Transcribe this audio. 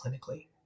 clinically